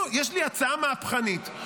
יש לי הצעה מהפכנית,